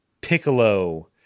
Piccolo